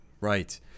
right